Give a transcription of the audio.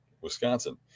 Wisconsin